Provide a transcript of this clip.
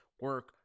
Work